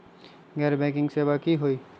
गैर बैंकिंग सेवा की होई?